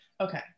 Okay